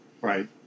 Right